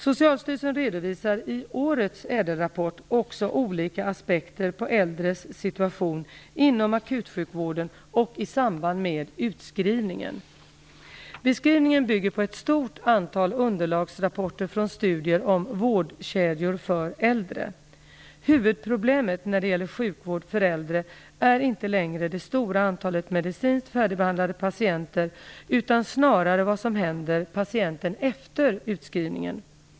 Socialstyrelsen redovisar i årets ÄDEL-rapport också olika aspekter på äldres situation inom akutsjukvården och i samband med utskrivningen. Beskrivningen bygger på ett stort antal underlagsrapporter från studier om vårdkedjor för äldre. Huvudproblemet när det gäller sjukvård för äldre är inte längre det stora antalet medicinskt färdigbehandlade patienter utan snarare vad som händer patienten efter utskrivningen.